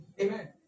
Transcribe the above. amen